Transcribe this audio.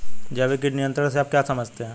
जैविक कीट नियंत्रण से आप क्या समझते हैं?